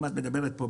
את מדברת על